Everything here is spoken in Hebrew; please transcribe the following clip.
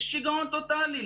זה שיגעון טוטלי.